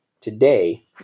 Today